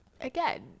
again